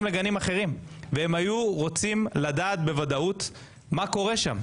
לגנים והיו רוצים לדעת בוודאות מה קורה שם.